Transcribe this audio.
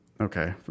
Okay